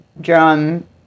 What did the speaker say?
drum